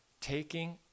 taking